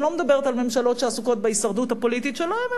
אני לא מדברת על ממשלות שעסוקות בהישרדות הפוליטית שלהם,